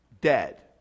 Dead